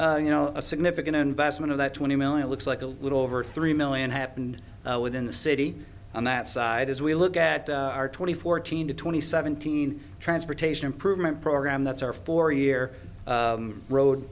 so you know a significant investment of that twenty million looks like a little over three million happened within the city on that side as we look at our twenty fourteen to twenty seventeen transportation improvement program that's our four year road